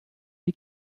die